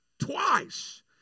Twice